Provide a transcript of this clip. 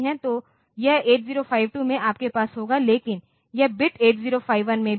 तो यह 8052 में आपके पास होगा लेकिन यह बिट 8051 में भी है